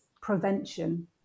prevention